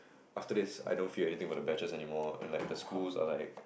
after this I don't feel anything about the batches anymore and like the schools are like